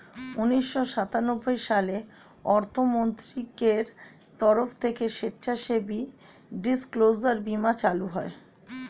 উন্নিশো সাতানব্বই সালে অর্থমন্ত্রকের তরফ থেকে স্বেচ্ছাসেবী ডিসক্লোজার বীমা চালু হয়